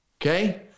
Okay